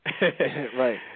Right